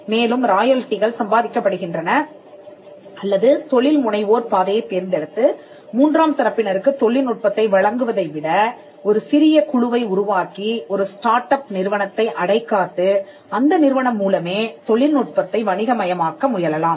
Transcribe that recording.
மேலும் ராயல்டிகள் சம்பாதிக்கப்படுகின்றன அல்லது தொழில் முனைவோர் பாதையைத் தேர்ந்தெடுத்து மூன்றாம் தரப்பினருக்கு தொழில்நுட்பத்தை வழங்குவதை விட ஒரு சிறிய குழுவை உருவாக்கி ஒரு ஸ்டார்ட் அப் நிறுவனத்தை அடைகாத்து அந்த நிறுவனம் மூலமே தொழில்நுட்பத்தை வணிக மையமாக்க முயலலாம்